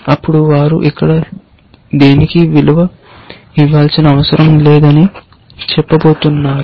అప్పుడు వారు ఇక్కడ దేనికి విలువ ఇవ్వాల్సిన అవసరం లేదని చెప్పబోతున్నారు